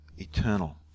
eternal